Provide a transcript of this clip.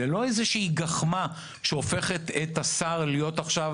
זו לא איזושהי גחמה שהופכת את השר להיות עכשיו